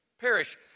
perish